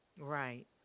Right